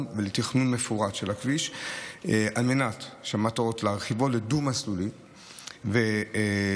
ולתכנון מפורט של הכביש על מנת להרחיב לדו-מסלולי ודו-נתיבי,